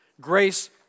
Grace